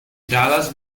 dallas